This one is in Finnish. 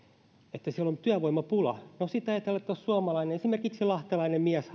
että siellä on työvoimapula no sitten jos ajatellaan että otetaan suomalainen esimerkiksi lahtelainen mies